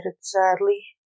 sadly